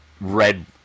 red